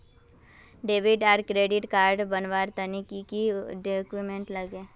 Debit आर credit card बनवार तने की की डॉक्यूमेंट लागे?